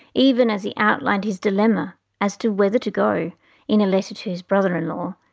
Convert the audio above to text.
even as he outlined his dilemma as to whether to go in a letter to his brother-in-law,